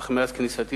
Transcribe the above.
אך מאז כניסתי